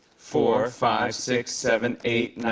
four, five, six, seven, eight,